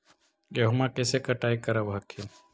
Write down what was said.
गेहुमा कैसे कटाई करब हखिन?